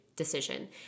decision